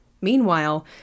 Meanwhile